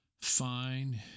Fine